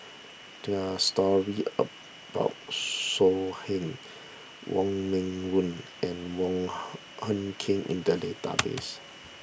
there are stories about So Heng Wong Meng Voon and Wong Hung Khim in the database